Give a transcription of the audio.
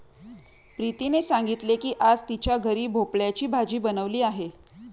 प्रीतीने सांगितले की आज तिच्या घरी भोपळ्याची भाजी बनवली आहे